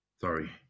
Sorry